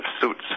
suits